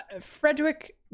Frederick